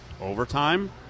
overtime